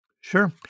Sure